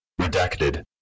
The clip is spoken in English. Redacted